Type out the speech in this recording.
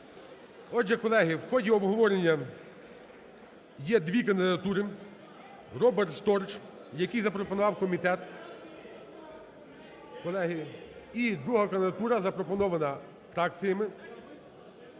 Отже, колеги, в ході обговорення є дві кандидатури. Роберт Сторч, який запропонував комітет, колеги. І друга кандидатура, запропонована фракціями.